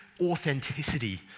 authenticity